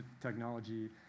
technology